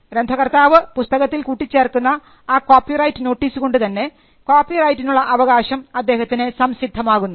ഗ്രന്ഥകർത്താവ് പുസ്തകത്തിൽ കൂട്ടിച്ചേർക്കുന്ന ആ കോപ്പിറൈറ്റ് നോട്ടീസ് കൊണ്ട് തന്നെ കോപ്പിറൈറ്റിനുള്ള അവകാശം അദ്ദേഹത്തിന് സംസിദ്ധമാകുന്നു